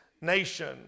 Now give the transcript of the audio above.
nation